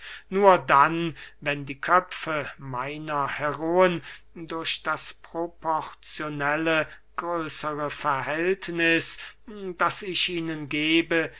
nur dann wenn die köpfe meiner heroen durch das proporzionelle größere verhältniß das ich ihnen gebe